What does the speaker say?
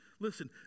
Listen